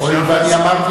הואיל ואני אמרתי,